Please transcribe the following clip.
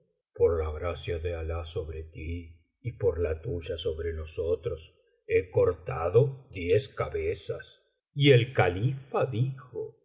por la gracia de alah sobre ti y por la tuya sobre nosotros líe cortado diez cabezas y el califa dijo